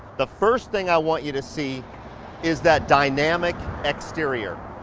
the first thing i want you to see is that dynamic exterior.